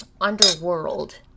underworld